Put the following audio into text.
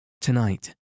Tonight